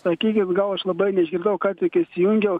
sakykim gal aš labai neišgirdau ką tik įsijungiau